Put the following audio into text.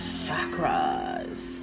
chakras